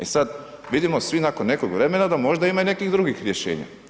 E sad, vidimo svi nakon nekog vremena da možda ima i nekih drugih rješenja.